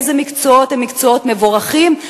איזה מקצועות הם מקצועות מבוקשים,